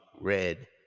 red